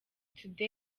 today